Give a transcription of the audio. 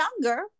younger